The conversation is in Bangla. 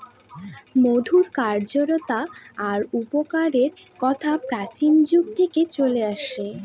মধুর কার্যকতা আর উপকারের কথা প্রাচীন যুগ থেকে চলে আসছে